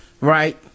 right